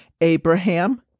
Abraham